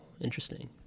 interesting